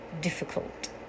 difficult